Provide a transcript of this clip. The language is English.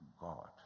God